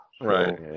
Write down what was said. right